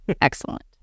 Excellent